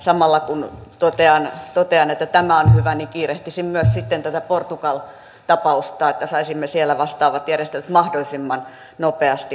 samalla kun totean että tämä on hyvä niin kiirehtisin myös sitten tätä portugali tapausta että saisimme siellä vastaavat järjestelyt mahdollisimman nopeasti aikaiseksi